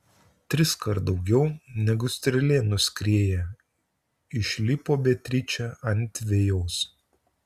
triskart daugiau negu strėlė nuskrieja išlipo beatričė ant vejos